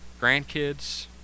grandkids